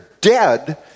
dead